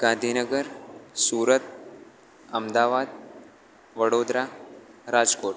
Gandhinagar Surat Ahmedabad Vadodara Rajkot